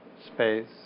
space